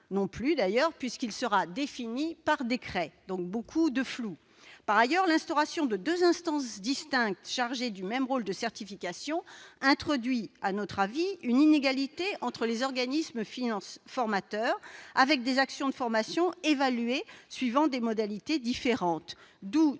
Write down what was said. non plus, puisqu'il sera défini par décret. Il y a donc là un grand flou. Par ailleurs, l'instauration de deux instances distinctes chargées du même rôle de certification introduit, à notre avis, une inégalité entre les organismes formateurs, avec des actions de formation évaluées selon des modalités différentes.